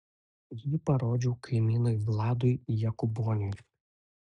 jį parodžiau kaimynui vladui jakuboniui